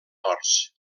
horts